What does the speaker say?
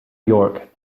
york